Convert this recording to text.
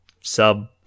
sub-